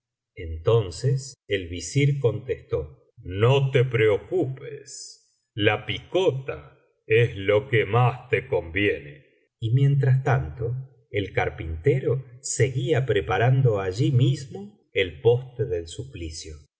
entonces el visir contestó no te preocupes la picota es lo que más te conviene y mientras tanto el carpintero seguía preparando allí mismo el poste del suplicio y